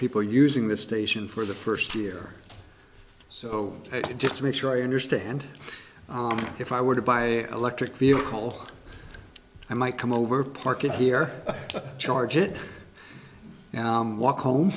people using the station for the first year or so just to make sure you understand if i were to buy electric vehicle i might come over parking here charge it walk home